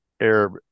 Arab